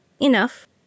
Enough